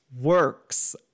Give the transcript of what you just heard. works